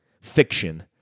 fiction